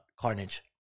Carnage